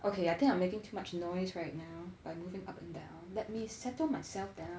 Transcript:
okay I think I'm making too much noise right now by moving up and down let me settled myself down